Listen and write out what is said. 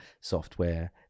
software